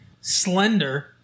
slender